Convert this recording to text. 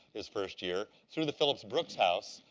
his first year, through the phillips brooks house.